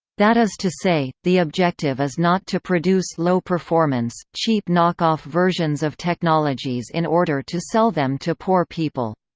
that is to say, the objective is not to produce low performance, cheap knock-off versions of technologies in order to sell them to poor people.